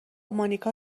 مانیکا